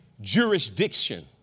jurisdiction